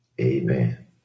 Amen